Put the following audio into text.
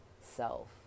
self